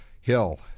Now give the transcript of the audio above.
Hill